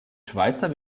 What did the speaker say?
schweizer